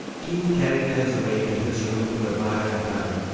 keith carried his away to his room to admire in private.